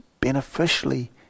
beneficially